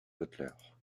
butler